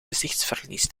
gezichtsverlies